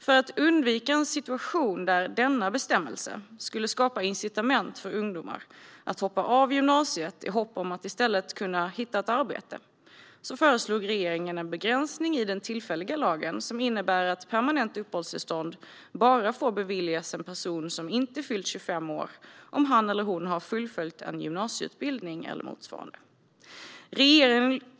För att undvika en situation där denna bestämmelse skulle skapa incitament för ungdomar att hoppa av gymnasiet i hopp om att i stället kunna hitta ett arbete föreslog regeringen en begränsning i den tillfälliga lagen som innebär att permanent uppehållstillstånd bara får beviljas en person som inte har fyllt 25 år om han eller hon har fullföljt en gymnasieutbildning eller motsvarande.